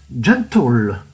gentle